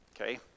Okay